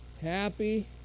happy